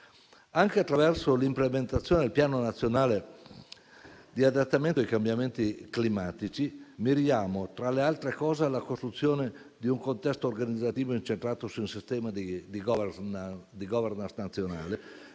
Anche attraverso l'implementazione del Piano nazionale di adattamento ai cambiamenti climatici miriamo, tra le altre cose, alla costruzione di un contesto organizzativo incentrato su un sistema di *governance* nazionale